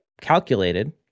calculated